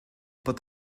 but